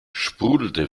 sprudelte